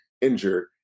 injured